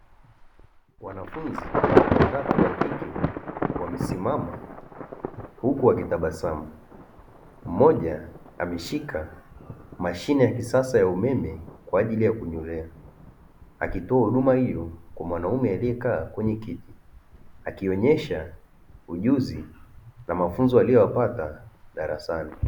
Wanafunzi watatu wa kike wamesimama huku wakitabasamu, mmoja ameshika mashine ya kisasa ya umeme kwa ajili ya kunyolea, akitoa huduma hiyo kwa mwanaume aliyekaa kwenye kiti akionyesha ujuzi na mafunzo aliyoyapata darasani.